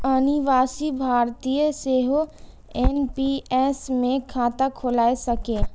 अनिवासी भारतीय सेहो एन.पी.एस मे खाता खोलाए सकैए